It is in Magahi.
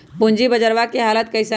पूंजी बजरवा के हालत कैसन है?